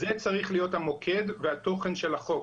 זה צריך להיות המוקד והתוכן של החוק,